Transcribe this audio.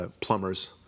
Plumbers